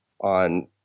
on